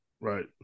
Right